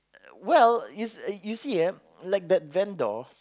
well you see you see eh like that vendor